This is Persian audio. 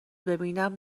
ببینم